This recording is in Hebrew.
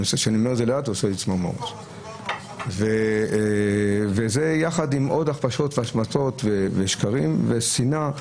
זה מצטרף לעוד הכפשות, השמצות, שקרים ושנאה.